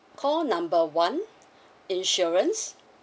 call number one insurance